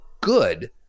good